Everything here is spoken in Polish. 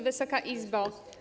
Wysoka Izbo!